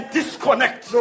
disconnect